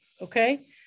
okay